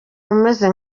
umeze